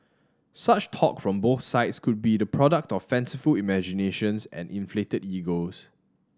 such talk from both sides could be the product of fanciful imaginations and inflated egos